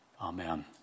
Amen